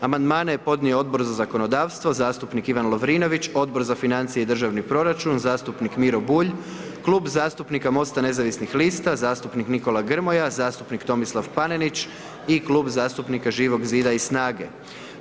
Amandmane je podnio Odbor za zakonodavstvo, zastupnik Ivan Lovrinović, Odbor za financije i državni proračun, zastupnik Miro Bulj, Klub zastupnika MOST-a nezavisnih lista, zastupnik Nikola Grmoja, zastupnik Tomislav Panenić i Klub zastupnika Živog Zida i SNAGA-e.